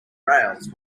rails